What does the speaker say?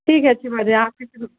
ٹھیک ہے اچھی بات ہے آپ کی سنوں